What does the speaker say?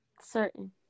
certain